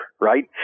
right